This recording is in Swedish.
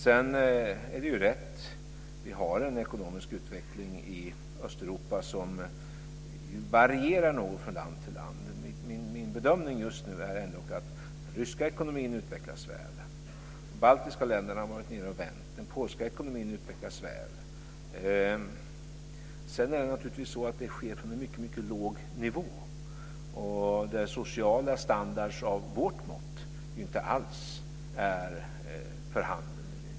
Det är riktigt att den ekonomiska utvecklingen i Östeuropa varierar något från land till land. Min bedömning just nu är ändock att den ryska ekonomin utvecklas väl, att de baltiska länderna har varit nere och vänt och att den polska ekonomin utvecklas väl. Det sker naturligtvis från en mycket låg nivå, där social standard av vårt mått inte alls är för handen.